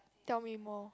tell me more